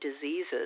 diseases